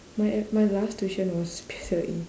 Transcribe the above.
my uh my last tuition was P_S_L_E